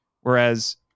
whereas